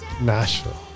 Nashville